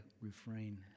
refrain